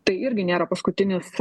tai irgi nėra paskutinis